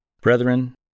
Brethren